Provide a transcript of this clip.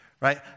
Right